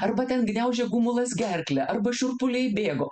arba ten gniaužė gumulas gerklę arba šiurpuliai bėgo